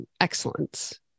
excellence